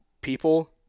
people